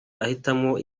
ahitamo